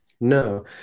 no